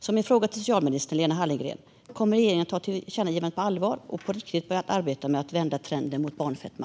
Min fråga till socialminister Lena Hallengren är: Kommer regeringen att ta tillkännagivandet på allvar och på riktigt börja arbeta med att vända trenden när det gäller barnfetma?